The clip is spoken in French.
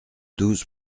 douze